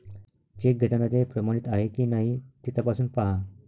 check घेताना ते प्रमाणित आहे की नाही ते तपासून पाहा